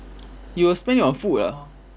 you will spend it on food ah